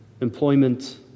employment